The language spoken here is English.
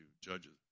Judges